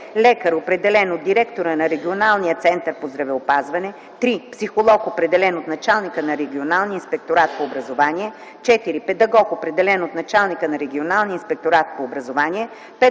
лекар, определен от директора на регионалния център по здравеопазване; 3. психолог, определен от началника на регионалния инспекторат по образование; 4. педагог, определен от началника на регионалния инспекторат по образование;